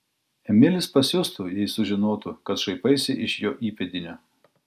emilis pasiustų jei sužinotų kad šaipaisi iš jo įpėdinio